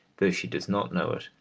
though she does not know it,